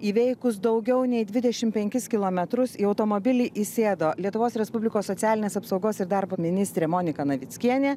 įveikus daugiau nei dvidešimt penkis kilometrus į automobilį įsėdo lietuvos respublikos socialinės apsaugos ir darbo ministrė monika navickienė